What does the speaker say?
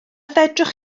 fedrwch